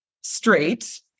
straight